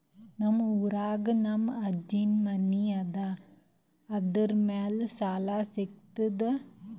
ನಮ್ ಊರಾಗ ನಮ್ ಅಜ್ಜನ್ ಮನಿ ಅದ, ಅದರ ಮ್ಯಾಲ ಸಾಲಾ ಸಿಗ್ತದ?